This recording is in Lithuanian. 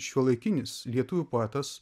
šiuolaikinis lietuvių poetas